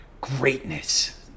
greatness